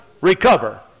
recover